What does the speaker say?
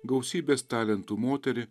gausybės talentų moterį